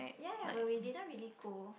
ya ya but we didn't really go